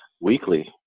weekly